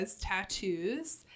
Tattoos